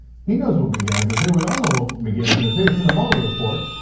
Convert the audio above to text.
he knows what mcgahn is gonna say, we all know what mcgahn is gonna say, it's in the mueller report.